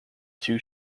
two